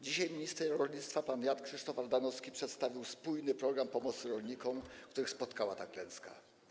Dzisiaj minister rolnictwa pan Jan Krzysztof Ardanowski przedstawił spójny program pomocy rolnikom, których spotkała ta klęska.